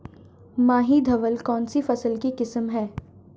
माही धवल कौनसी फसल की किस्म है?